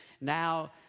now